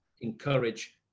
encourage